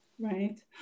right